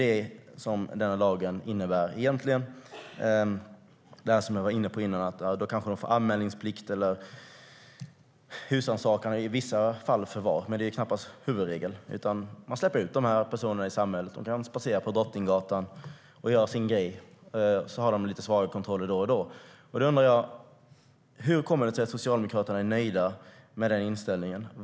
Det är vad lagen innebär egentligen. Jag var tidigare inne på att de underställs anmälningsplikt, husrannsakan och i vissa fall förvar, men det är knappast huvudregel. Personerna släpps ut i samhället. De kan passera på Drottninggatan och göra sin grej. Sedan sker lite svaga kontroller då och då. Hur kommer det sig att Socialdemokraterna är nöjda med den inställningen?